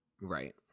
Right